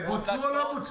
הן בוצעו או לא בוצעו?